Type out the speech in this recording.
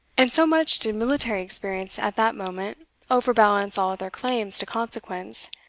and so much did military experience at that moment overbalance all other claims to consequence,